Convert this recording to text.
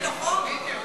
שדב חנין יוותר?